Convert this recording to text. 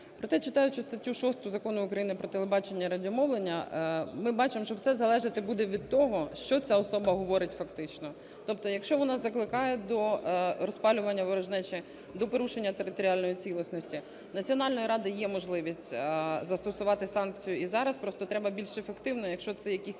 Проте читаючи статтю 6 Закону України "Про телебачення і радіомовлення", ми бачимо, що все залежати буде від того, що ця особа говорить фактично. Тобто якщо вона закликає до розпалювання ворожнечі і до порушення територіальної цілісності, у Національної ради є можливість застосувати санкцію і зараз, просто треба більш ефективно. Якщо це якісь